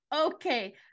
okay